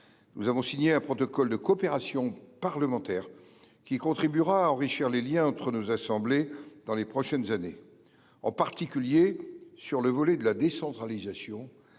Nous avons signé un protocole de coopération parlementaire, qui contribuera à enrichir les liens entre nos assemblées dans les prochaines années, en particulier sur le volet de la décentralisation